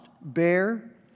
bear